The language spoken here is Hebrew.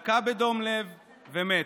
לקה בדום לב ומת.